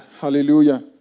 Hallelujah